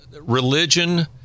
religion